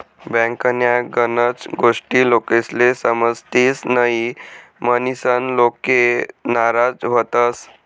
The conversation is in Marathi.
बँकन्या गनच गोष्टी लोकेस्ले समजतीस न्हयी, म्हनीसन लोके नाराज व्हतंस